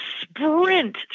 sprint